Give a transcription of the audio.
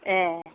ए